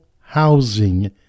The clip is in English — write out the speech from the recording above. housing